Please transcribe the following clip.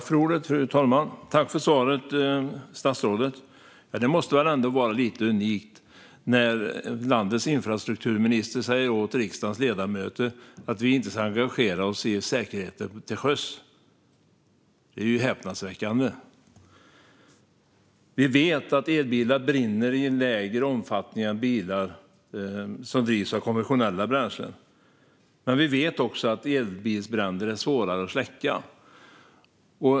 Fru talman! Tack, statsrådet, för svaret! Det måste väl ändå vara lite unikt att landets infrastrukturminister säger åt riksdagens ledamöter att de inte ska engagera sig i säkerheten till sjöss? Det är ju häpnadsväckande. Vi vet att elbilar brinner i mindre omfattning än bilar som drivs av konventionella bränslen, men vi vet också att elbilsbränder är svårare att släcka.